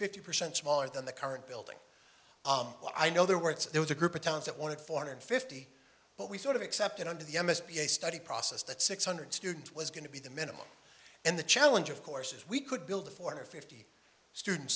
fifty percent smaller than the current building but i know there were it's there was a group of towns that one of four hundred fifty but we sort of accepted under the m s b a study process that six hundred students was going to be the minimum and the challenge of course is we could build a foreigner fifty students